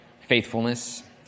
faithfulness